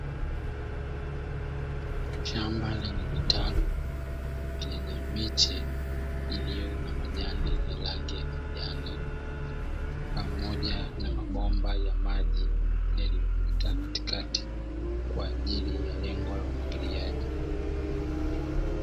Shamba lenye vitalu vyenye miche iliyo na majani ya rangi ya kijani pamoja na mabomba ya maji yaliyopita katikati kwa ajili ya lengo la umwagiliaji.